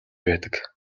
байдаг